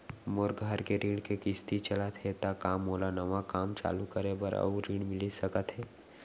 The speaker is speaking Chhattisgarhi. मोर घर के ऋण के किसती चलत हे ता का मोला नवा काम चालू करे बर अऊ ऋण मिलिस सकत हे?